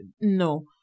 no